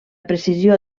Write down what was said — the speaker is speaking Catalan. precisió